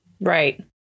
Right